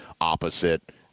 opposite